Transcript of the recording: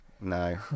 No